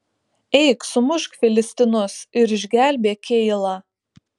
eik sumušk filistinus ir išgelbėk keilą